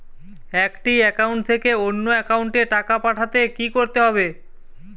একটি একাউন্ট থেকে অন্য একাউন্টে টাকা পাঠাতে কি করতে হবে?